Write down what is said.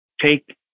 take